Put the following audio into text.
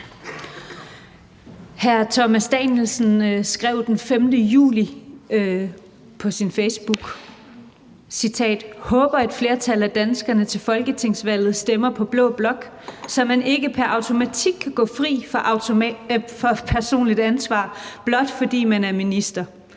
Hr. Thomas Danielsen skrev den 5. juli på Facebook: »Håber et flertal af danskerne til Folketingsvalget stemmer på blå blok, så man ikke per automatik kan gå fri for personligt ansvar, blot fordi man er minister.